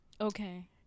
Okay